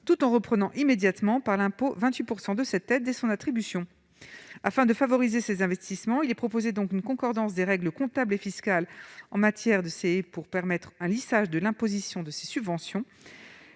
tout en reprenant immédiatement par l'impôt 28 % de cette aide dès son attribution. Afin de favoriser ces investissements, il est proposé une concordance des règles comptables et fiscales en matière de CEE pour permettre un lissage de l'imposition de ces subventions.